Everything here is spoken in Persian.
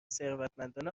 ثروتمندان